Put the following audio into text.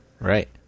Right